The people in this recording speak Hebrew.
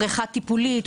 בריכה טיפולית,